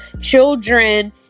Children